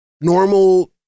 normal